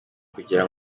kugira